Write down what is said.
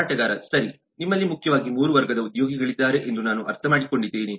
ಮಾರಾಟಗಾರ ಸರಿ ನಿಮ್ಮಲ್ಲಿ ಮುಖ್ಯವಾಗಿ ಮೂರು ವರ್ಗದ ಉದ್ಯೋಗಿಗಳಿದ್ದಾರೆ ಎಂದು ನಾನು ಅರ್ಥಮಾಡಿಕೊಂಡಿದ್ದೇನೆ